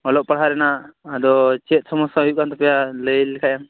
ᱚᱞᱚᱜ ᱯᱟᱲᱦᱟᱜ ᱨᱮᱱᱟᱜ ᱟᱫᱚ ᱪᱮᱫ ᱥᱚᱢᱚᱥᱥᱭᱟ ᱦᱩᱭᱩᱜ ᱠᱟᱱ ᱛᱟᱯᱮᱭᱟ ᱞᱟ ᱭ ᱞᱮᱠᱷᱟᱡᱼᱮᱢ